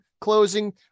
closing